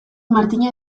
martina